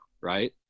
right